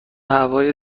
هوای